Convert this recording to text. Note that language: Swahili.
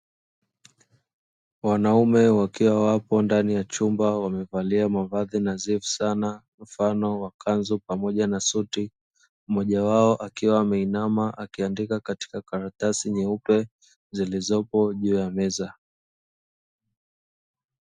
Wanaume wakiwa wapo ndani ya chumba wamevalia mavazi nadhifu sana mfano wa kanzu pamoja na suti, mmoja wao akiwa ameinama akiandika katika karatasi nyeupe zilizopo juu ya meza.